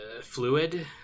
fluid